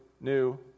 new